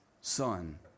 son